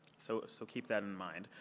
so so keep that in mind.